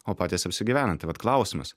o patys apsigyvena tai vat klausimas